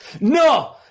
No